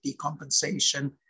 decompensation